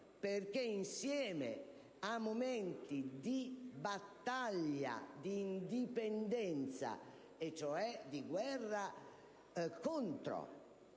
perché, insieme ad altri di battaglia e di indipendenza, cioè di guerra contro